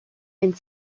and